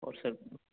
اور سر